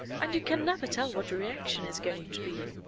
and you can never tell what the reaction is going to be.